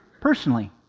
personally